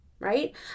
right